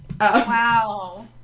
Wow